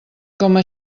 coma